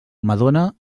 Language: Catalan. madona